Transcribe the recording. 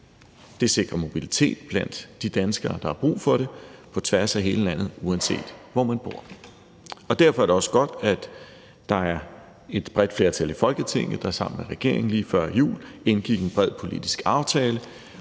Det sikrer mobilitet blandt de danskere, der har brug for det, på tværs af hele landet, uanset hvor man bor. Derfor er det også godt, at der er et bredt flertal i Folketinget, der sammen med regeringen lige før jul indgik en bred politisk aftale